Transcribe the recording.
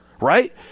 Right